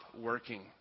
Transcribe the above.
working